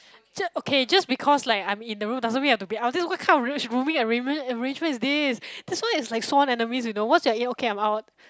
j~ okay just because like I'm in the room doesn't mean you have to be out just what kind of rooming arrange arrangement is this this one is like sworn enemies you know once you're here okay I'm out